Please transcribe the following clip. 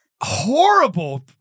Horrible